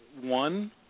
one